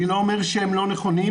אני לא אומר שהם לא נכונים,